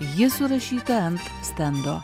ji surašyta ant stendo